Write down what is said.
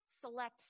select